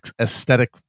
aesthetic